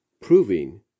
proving